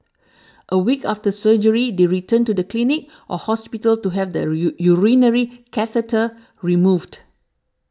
a week after surgery they return to the clinic or hospital to have the U urinary catheter removed